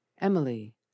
Emily